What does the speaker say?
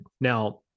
now